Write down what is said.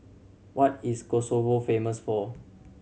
what is Kosovo famous for